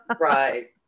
right